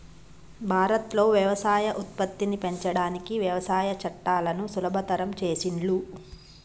భారత్ లో వ్యవసాయ ఉత్పత్తిని పెంచడానికి వ్యవసాయ చట్టాలను సులభతరం చేసిండ్లు